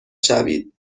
شوید